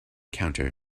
counter